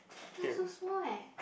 ah so small eh